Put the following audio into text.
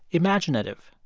imaginative.